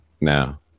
now